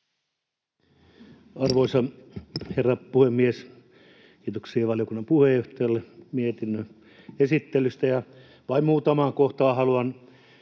Arvoisa herra puhemies! Kiitoksia valiokunnan puheenjohtajalle mietinnön esittelystä. Vain muutamaan kohtaan haluan